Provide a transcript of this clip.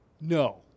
No